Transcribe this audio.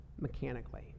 mechanically